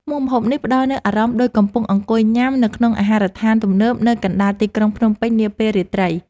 មុខម្ហូបនេះផ្តល់នូវអារម្មណ៍ដូចកំពុងអង្គុយញ៉ាំនៅក្នុងអាហារដ្ឋានទំនើបនៅកណ្តាលទីក្រុងភ្នំពេញនាពេលរាត្រី។